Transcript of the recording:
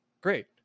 Great